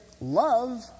love